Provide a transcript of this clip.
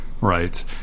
Right